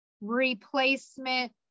replacement